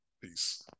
Peace